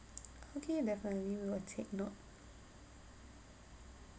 okay definitely we will take note